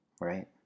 Right